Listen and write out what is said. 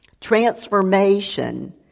Transformation